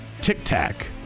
Tic-tac